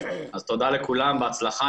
תודה לכולם ובהצלחה.